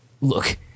Look